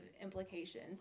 implications